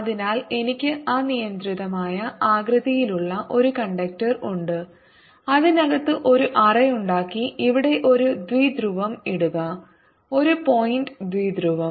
അതിനാൽ എനിക്ക് അനിയന്ത്രിതമായ ആകൃതിയിലുള്ള ഒരു കണ്ടക്ടർ ഉണ്ട് അതിനകത്ത് ഒരു അറ ഉണ്ടാക്കി ഇവിടെ ഒരു ദ്വിധ്രുവം ഇടുക ഒരു പോയിന്റ് ദ്വിധ്രുവം